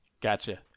Gotcha